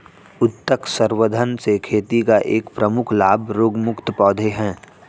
उत्तक संवर्धन से खेती का एक प्रमुख लाभ रोगमुक्त पौधे हैं